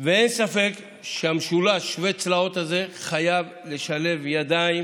ואין ספק שהמשולש שווה הצלעות הזה חייב לשלב ידיים